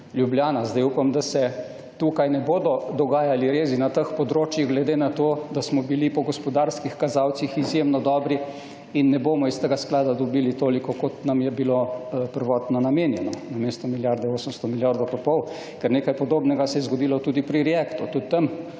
Zdaj, upam, da se tukaj ne bodo dogajali rezi na teh področjih, glede na to, da smo bili po gospodarskih kazalcih izjemno dobri in ne bomo iz tega sklada dobili toliko, kot nam je bilo prvotno namenjeno. Namesto milijardo, 800 milijonov pa pol. Ker nekaj podobnega se je zgodilo tudi pri Reactu. Tudi tam